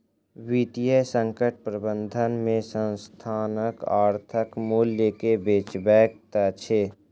वित्तीय संकट प्रबंधन में संस्थानक आर्थिक मूल्य के बचबैत अछि